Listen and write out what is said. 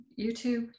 YouTube